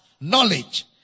knowledge